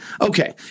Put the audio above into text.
Okay